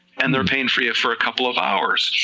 and they're pain free for a couple of hours,